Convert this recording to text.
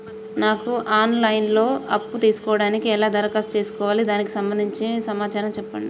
నాకు online లో అప్పు తీసుకోవడానికి ఎలా దరఖాస్తు చేసుకోవాలి దానికి సంబంధించిన సమాచారం చెప్పండి?